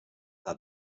that